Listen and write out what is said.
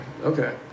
Okay